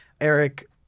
Eric